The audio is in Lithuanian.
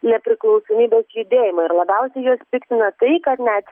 nepriklausomybės judėjimą ir labiausiai juos piktina tai kad net